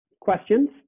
questions